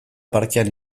parkean